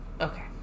Okay